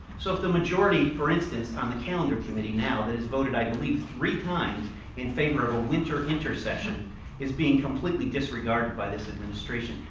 so if the majority, for instance on the calendar committee, now that has voted i believe three times in favor of a winter intersession is being completely disregarded by this administration,